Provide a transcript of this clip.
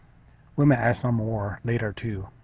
we may add some more later too.